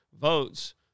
votes